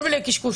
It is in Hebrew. כל מיני קשקושים.